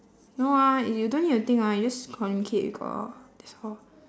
no ah is you don't need to think ah you just communicate with god lor that's all